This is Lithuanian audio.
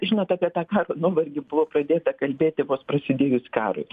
žinot apie tą karo nuovargį buvo pradėta kalbėti vos prasidėjus karui